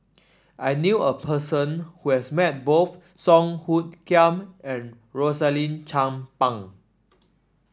I knew a person who has met both Song Hoot Kiam and Rosaline Chan Pang